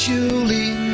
Julie